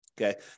Okay